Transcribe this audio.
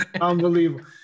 Unbelievable